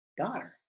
daughter